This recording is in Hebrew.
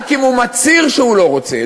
רק אם הוא מצהיר שהוא לא רוצה.